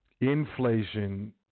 inflation